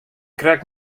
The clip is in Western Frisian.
krekt